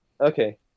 Okay